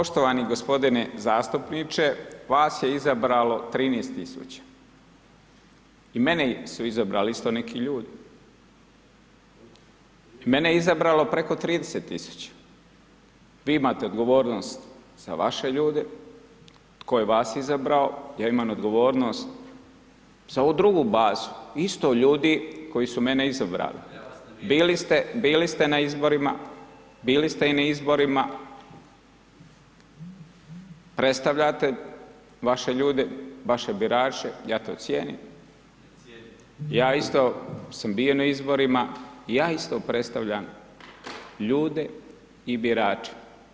Poštovani g. zastupniče, vas je izabralo 13000 i mene su izabrali isto neki ljudi, mene je izabralo preko 30 000, vi imate odgovornost za vaše ljude tko je vas izabrao, ja imam odgovornost za ovu drugu bazu isto ljudi koji su mene izabrali, bili ste, bili ste na izborima, bili ste i na izborima, predstavljate vaše ljude, vaše birače, ja to cijenim, ja isto sam bio na izborima, ja isto predstavljam ljude i birače.